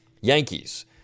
Yankees